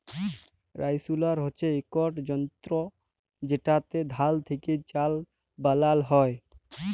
rice huller হছে ইকট যল্তর যেটতে ধাল থ্যাকে চাল বালাল হ্যয়